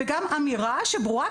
וגם אמירה שברורה,